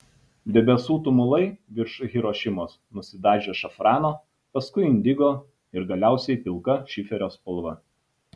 debesų tumulai virš hirošimos nusidažė šafrano paskui indigo ir galiausiai pilka šiferio spalva